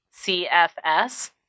CFS